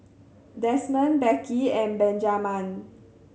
Desmond Becky and Benjaman